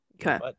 okay